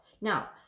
Now